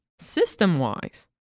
System-wise